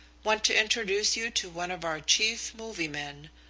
want to introduce you to one of our chief movie men,